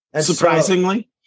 Surprisingly